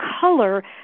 color